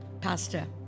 Pastor